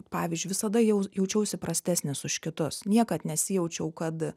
pavyzdžiui visada jaus jaučiausi prastesnis už kitus niekad nesijaučiau kad